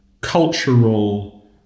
cultural